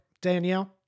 Danielle